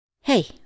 Hey